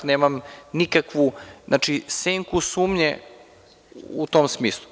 Nemam nikakvu senku sumnje u tom smislu.